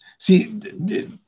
See